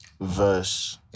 Verse